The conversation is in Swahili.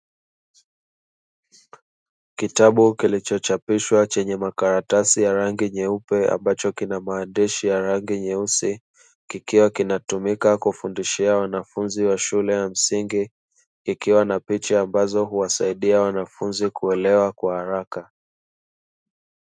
Kitabu kilichochapishwa chenye makaratasi ya rangi nyeupe ambacho kina maandishi ya rangi nyeusi kikiwa kinatumika kufundishia wanafunzi wa shule ya msingi kikiwa na picha ambazo huwasaidia wanafunzi kuelewa kwa haraka.